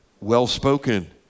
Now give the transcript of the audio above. well-spoken